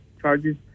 charges